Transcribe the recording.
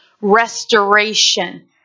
restoration